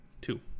Two